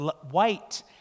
white